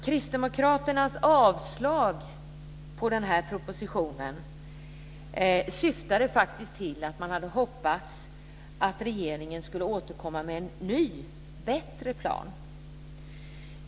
Kristdemokraternas avslag på denna proposition syftade faktiskt till - man hade hoppats - att regeringen skulle återkomma med en ny bättre plan.